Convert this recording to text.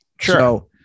Sure